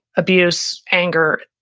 abuse, anger,